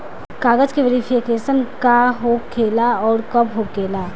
कागज के वेरिफिकेशन का हो खेला आउर कब होखेला?